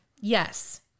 Yes